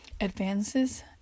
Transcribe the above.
advances